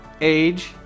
age